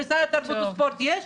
במשרד התרבות והספורט יש,